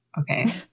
Okay